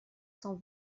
cent